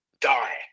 die